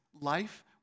life